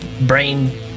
brain